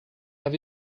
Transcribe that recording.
have